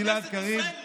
דוד אמסלם, בבקשה.